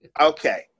Okay